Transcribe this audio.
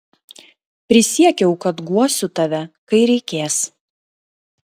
prisiekiau kad guosiu tave kai reikės